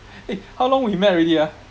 eh how long we met already ah